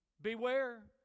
Beware